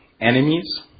enemies